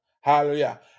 Hallelujah